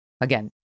again